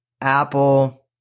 Apple